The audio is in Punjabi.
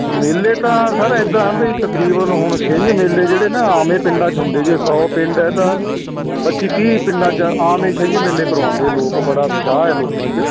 ਮੇਲੇ ਤਾਂ ਸਰ ਇੱਦਾਂ ਵੀ ਤਕਰੀਬਨ ਹੁਣ ਛਿੰਝ ਮੇਲੇ ਜਿਹੜੇ ਨਾ ਆਮ ਹੀ ਪਿੰਡਾਂ 'ਚ ਹੁੰਦੇ ਜੇ ਸੌ ਪਿੰਡ ਹੈ ਤਾਂ ਪੱਚੀ ਤੀਹ ਪਿੰਡਾਂ 'ਚ ਆਮ ਏ ਛਿੰਝ ਮੇਲੇ ਕਰਵਾਉਂਦੇ ਲੋਕ ਬੜਾ ਉਤਸ਼ਾਹ ਆ ਲੋਕਾਂ 'ਚ